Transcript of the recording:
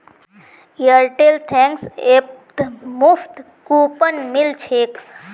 Airtel thanks ऐपत मुफ्त coupon मिल छेक